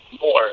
more